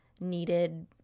needed